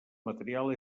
material